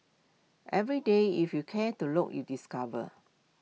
every day if you care to look you discover